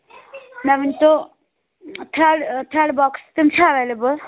مےٚ ؤنۍتو thread thread box تِم چھا ایٚوٮ۪لیبُل